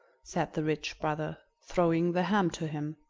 said the rich brother, throwing the ham to him.